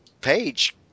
page